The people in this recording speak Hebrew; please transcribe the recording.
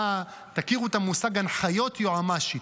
תכירו את המושג "הנחיות יועמ"שית".